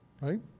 right